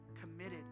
committed